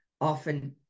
often